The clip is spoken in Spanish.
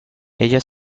ella